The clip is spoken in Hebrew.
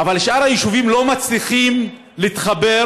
אבל שאר היישובים לא מצליחים להתחבר,